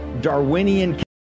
Darwinian